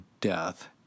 death